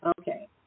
Okay